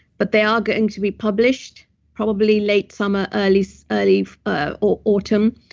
but they are going to be published probably late summer, early so early ah autumn.